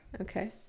Okay